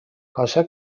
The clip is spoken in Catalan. cosa